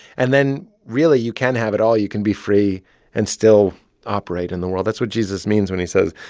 and then, really, you can have it all. you can be free and still operate in the world. that's what jesus means when he says,